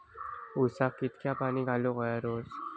ऊसाक किती पाणी घालूक व्हया रोज?